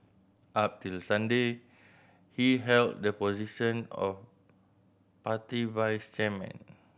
up till Sunday he held the position of party vice chairman